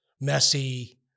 messy